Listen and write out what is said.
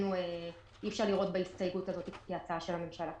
עמדתנו היא שאי אפשר לראות בהסתייגות הזו כהצעה של הממשלה.